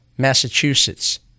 Massachusetts